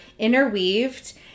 interweaved